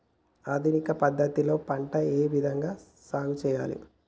ఆధునిక పద్ధతి లో పంట ఏ విధంగా సాగు చేయాలి?